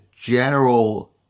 general